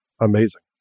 amazing